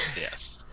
Yes